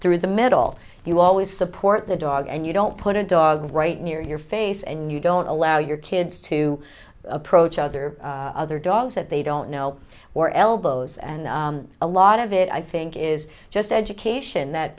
through the middle you always support the dog and you don't put a dog right near your face and you don't allow your kids to approach other other dogs that they don't know or elbows and a lot of it i think is just education that